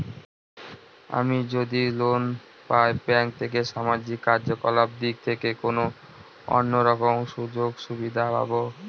আমি যদি লোন পাই ব্যাংক থেকে সামাজিক কার্যকলাপ দিক থেকে কোনো অন্য রকম সুযোগ সুবিধা পাবো?